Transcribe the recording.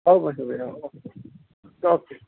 okay okay